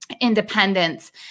independence